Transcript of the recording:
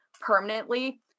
permanently